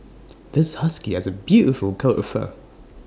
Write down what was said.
this husky has A beautiful coat of fur